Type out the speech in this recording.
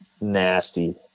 nasty